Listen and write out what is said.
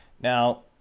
Now